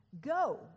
Go